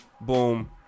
boom